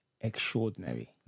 Extraordinary